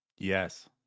Yes